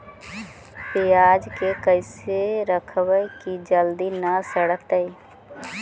पयाज के कैसे रखबै कि जल्दी न सड़तै?